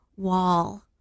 Wall